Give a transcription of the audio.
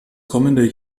kommende